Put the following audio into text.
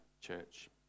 church